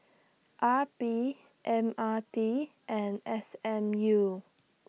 R P M R T and S M U